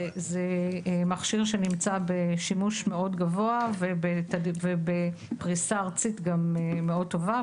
זה מכשיר שנמצא בשימוש מאוד גבוה ובפריסה ארצית גם מאוד טובה.